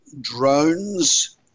drones